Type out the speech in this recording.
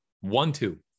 One-two